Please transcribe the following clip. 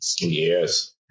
Yes